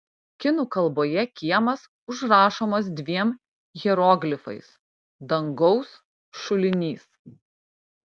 kinų kalboje kiemas užrašomas dviem hieroglifais dangaus šulinys